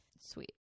sweet